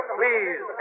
please